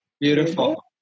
Beautiful